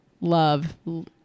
love